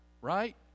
right